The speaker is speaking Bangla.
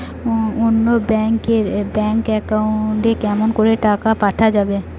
অন্য ব্যাংক এর ব্যাংক একাউন্ট এ কেমন করে টাকা পাঠা যাবে?